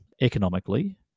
economically